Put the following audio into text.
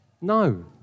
No